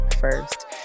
first